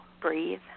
Breathe